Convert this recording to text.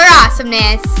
awesomeness